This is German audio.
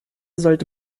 sollte